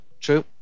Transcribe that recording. true